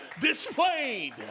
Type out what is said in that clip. displayed